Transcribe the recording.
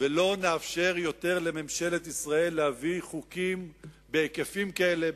ולא נאפשר יותר לממשלת ישראל להביא חוקים בהיקפים כאלה,